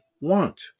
want